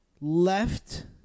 left